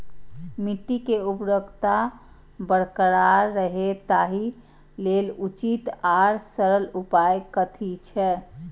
मिट्टी के उर्वरकता बरकरार रहे ताहि लेल उचित आर सरल उपाय कथी छे?